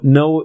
no